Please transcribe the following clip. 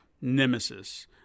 Nemesis